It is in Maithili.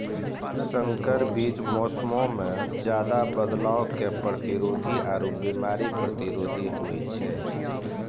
संकर बीज मौसमो मे ज्यादे बदलाव के प्रतिरोधी आरु बिमारी प्रतिरोधी होय छै